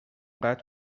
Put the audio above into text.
قدر